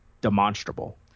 demonstrable